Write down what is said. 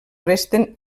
resten